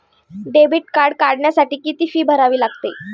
Debit card काढण्यासाठी किती fee भरावी लागते?